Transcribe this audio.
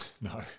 No